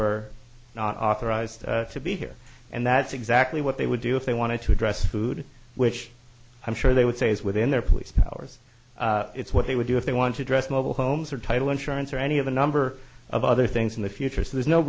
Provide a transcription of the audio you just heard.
are not authorized to be here and that's exactly what they would do if they wanted to address food which i'm sure they would say is within their police powers it's what they would do if they want to address mobile homes or title insurance or any of a number of other things in the future so there's no